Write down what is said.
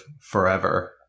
forever